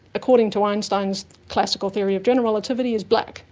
according to einstein's classical theory of general relativity is black.